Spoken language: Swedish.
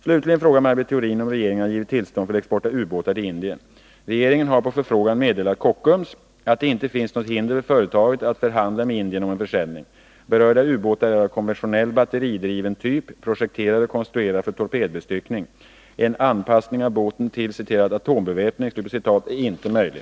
Slutligen frågar Maj Britt Theorin om regeringen har givit tillstånd för export av ubåtar till Indien. Regeringen har på förfrågan meddelat Kockums att det inte finns något hinder för företaget att förhandla med Indien om en försäljning. Berörda ubåtar är av konventionell batteridriven typ, projekterad och konstruerad för torpedbestyckning. En anpassning av båtarna till ”atombeväpning” är inte möjlig.